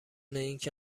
اینکه